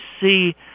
see